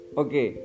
okay